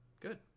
Good